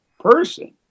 person